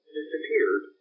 disappeared